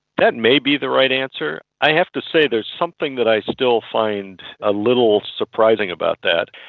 that may be the right answer. i have to say there's something that i still find a little surprising about that,